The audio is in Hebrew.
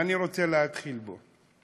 ואני רוצה להתחיל בו.